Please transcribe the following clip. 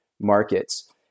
markets